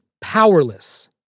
powerless